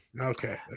Okay